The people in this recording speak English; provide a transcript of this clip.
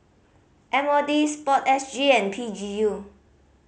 M O D Sport S G and P G U